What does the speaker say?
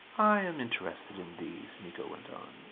i am interested in these, miko went on.